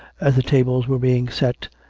as the tables were being set,